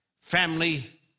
family